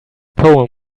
poem